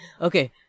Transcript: Okay